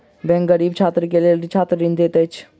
bank गरीब छात्र के लेल छात्र ऋण दैत अछि